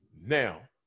Now